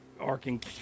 arcing